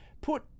put